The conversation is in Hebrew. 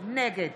נגד